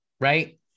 right